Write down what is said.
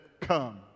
come